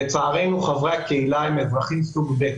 לצערנו חברי הקהילה הם אזרחים סוג ב',